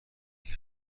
ﻧﻌﺮه